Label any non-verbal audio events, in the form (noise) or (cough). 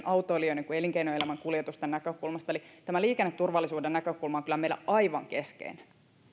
(unintelligible) autoilijoiden kuin elinkeinoelämän kuljetusten näkökulmasta eli tämä liikenneturvallisuuden näkökulma on kyllä meillä aivan keskeinen